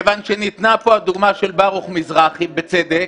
מכיוון ניתנה פה הדוגמה של ברוך מזרחי, בצדק,